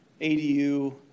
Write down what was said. ADU